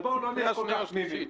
אז בואו לא נהיה כל כך תמימים.